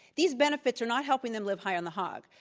these benefits are not helping them live high on the hog.